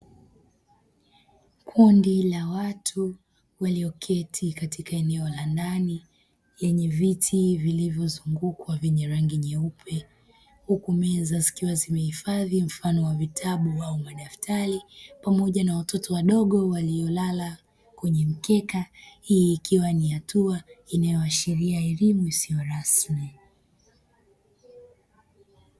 Kundi la watu walioketi katika eneo la ndani lenye viti vilivyozunguka vyenye rangi nyeupe. Huku meza zikiwa zimeifadhi mfano wa vitabu au madaftari, pamoja na watoto wadogo waliolala kwenye mkeka. Hii ikiwa ni hatua inayoashiria elimu isiyo rasmi.